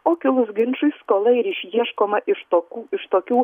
o kilus ginčui skola ir išieškoma iš tokų iš tokių